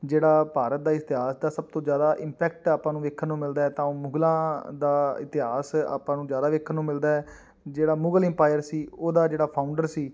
ਜਿਹੜਾ ਭਾਰਤ ਦਾ ਇਤਿਹਾਸ ਦਾ ਸਭ ਤੋਂ ਜ਼ਿਆਦਾ ਇਨਪੈਕਟ ਆਪਾਂ ਨੂੰ ਵੇਖਣ ਨੂੰ ਮਿਲਦਾ ਤਾਂ ਉਹ ਮੁਗਲਾਂ ਦਾ ਇਤਿਹਾਸ ਆਪਾਂ ਨੂੰ ਜ਼ਿਆਦਾ ਵੇਖਣ ਨੂੰ ਮਿਲਦਾ ਜਿਹੜਾ ਮੁਗਲ ਇੰਪਾਇਰ ਸੀ ਉਹਦਾ ਜਿਹੜਾ ਫਾਊਂਡਰ ਸੀ